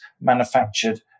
manufactured